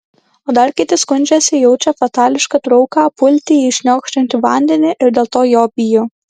o dar kiti skundžiasi jaučią fatališką trauką pulti į šniokščiantį vandenį ir dėl to jo bijo